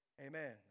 Amen